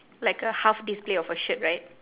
like a half display of a shirt right